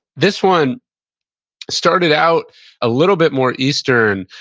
this one started out a little bit more eastern,